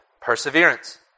perseverance